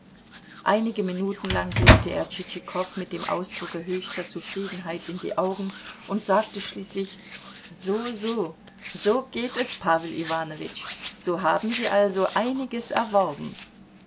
einige minuten lang blickte er tschitschikow mit dem ausdrucke höchster zufriedenheit in die augen und sagte schließlich so so so geht es pawel iwanowitsch so haben sie also einiges erworben